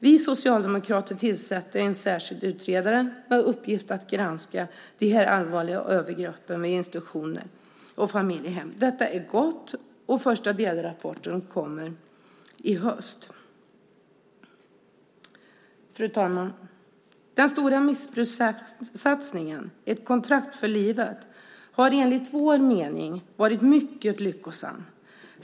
Vi socialdemokrater tillsatte en särskild utredare med uppgift att granska de här allvarliga övergreppen vid institutioner och familjehem. Detta är gott, och första delrapporten kommer i höst. Fru talman! Den stora missbrukssatsningen, Ett kontrakt för livet, har enligt vår mening varit mycket lyckosam.